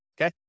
okay